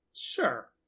Sure